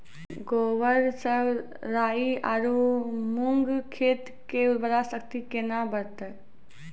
गोबर से राई आरु मूंग खेत के उर्वरा शक्ति केना बढते?